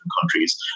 countries